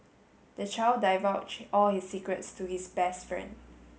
the child divulged all his secrets to his best friend